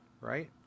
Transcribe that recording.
Right